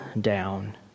down